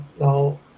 now